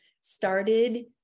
started